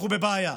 אנחנו בבעיה,